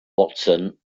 watson